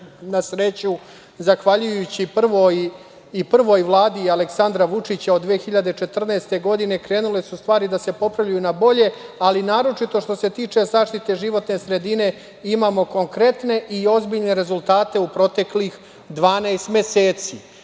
sreću, zahvaljujući i prvoj Vladi Aleksandra Vučića od 2014. godine, krenule su stvari da se popravljaju na bolje, ali naročito što se tiče zaštite životne sredine imamo konkretne i ozbiljne rezultate u proteklih 12 meseci.